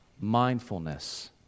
mindfulness